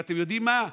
ואתם יודעים מה,